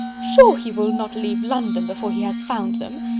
sure he will not leave london before he has found them.